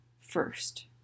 first